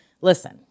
listen